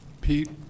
Pete